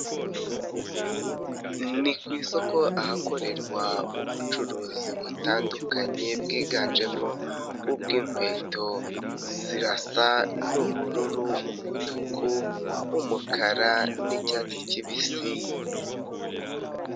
Ni ku isoko ahakorerwa ubucuruzi butandukanye bwiganjemo ubw'inkweto zirasa n'ubururu umutuku, umukara n'icyatsi kibisi.